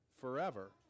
forever